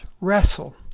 wrestle